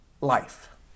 life